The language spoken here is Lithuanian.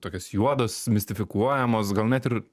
tokios juodos mistifikuojamos gal net ir